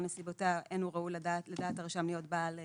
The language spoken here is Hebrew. נסיבותיה אינו ראוי לדעת הרשם להיות בעל רישיון.